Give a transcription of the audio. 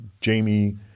Jamie